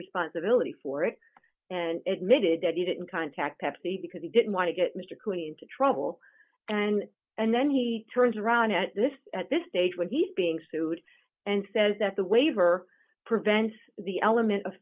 responsibility for it and admitted that he didn't contact pepsi because he didn't want to get mr couey into trouble and and then he turns around at this at this stage when he's being sued and says that the waiver prevents the element of